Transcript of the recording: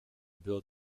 byl